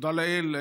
תודה לאל,